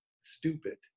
stupid